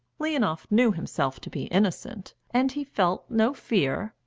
leonoff knew himself to be innocent, and he felt no fear,